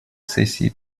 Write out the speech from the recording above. сессии